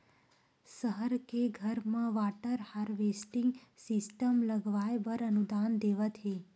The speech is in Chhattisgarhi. सहर के घर म वाटर हारवेस्टिंग सिस्टम लगवाए बर अनुदान देवत हे